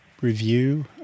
review